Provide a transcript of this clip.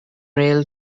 rail